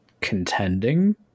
contending